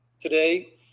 Today